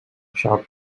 short